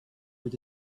with